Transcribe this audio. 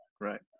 right